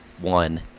one